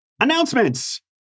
Announcements